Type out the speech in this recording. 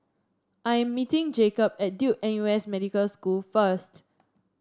I am meeting Jakob at Duke N U S Medical School first